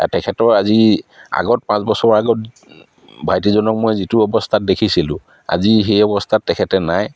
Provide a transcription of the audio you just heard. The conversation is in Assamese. আৰু তেখেতৰ আজি আগত পাঁচ বছৰ আগত ভাইটিজনক মই যিটো অৱস্থাত দেখিছিলোঁ আজি সেই অৱস্থাত তেখেতে নাই